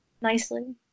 nicely